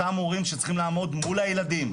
לאותם המורים שצריכים לעמוד מול הילדים,